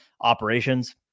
operations